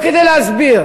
לא כדי להסביר.